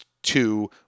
Two